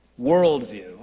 worldview